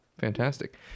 Fantastic